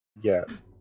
Yes